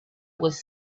was